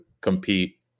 compete